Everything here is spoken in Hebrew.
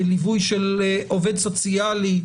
בליווי של עובד סוציאלי,